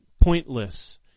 pointless